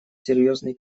серьёзный